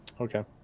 Okay